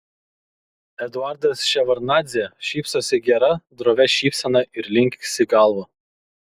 eduardas ševardnadzė šypsosi gera drovia šypsena ir linksi galva